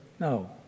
No